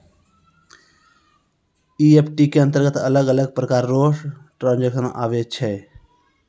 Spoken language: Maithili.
ई.एफ.टी के अंतरगत अलग अलग प्रकार रो ट्रांजेक्शन आवै छै